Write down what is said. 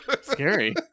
Scary